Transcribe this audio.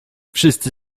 wszyscy